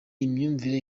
imyumvire